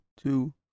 two